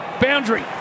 Boundary